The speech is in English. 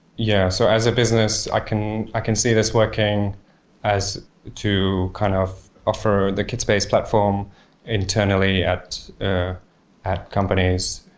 yeah. so as a business, i can i can see this working as to kind of offer the kitspace platform internally at ah at companies.